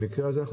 במקרה הזה,